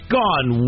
gone